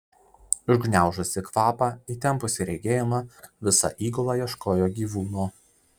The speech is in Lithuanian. užgniaužusi kvapą įtempusi regėjimą visa įgula ieškojo gyvūno